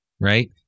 right